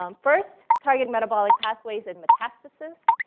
um first, targeting metabolic pathways in metastasis,